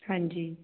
ਹਾਂਜੀ